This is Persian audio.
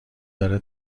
داره